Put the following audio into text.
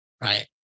right